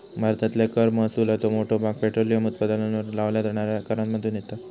भारतातल्या कर महसुलाचो मोठो भाग पेट्रोलियम उत्पादनांवर लावल्या जाणाऱ्या करांमधुन येता